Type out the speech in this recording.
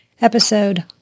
episode